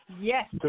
Yes